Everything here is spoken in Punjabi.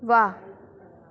ਵਾਹ